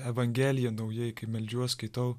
evangeliją naujai kai meldžiuos skaitau